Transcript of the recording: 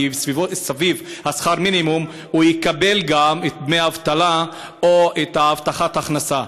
כי סביב שכר המינימום הוא יקבל גם דמי אבטלה או הבטחת הכנסה.